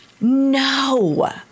No